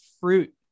fruit